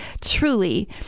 truly